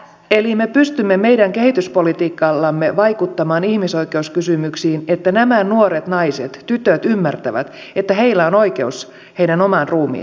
eli me pystymme meidän kehityspolitiikallamme vaikuttamaan ihmisoikeuskysymyksiin että nämä nuoret naiset tytöt ymmärtävät että heillä on oikeus heidän omaan ruumiiseensa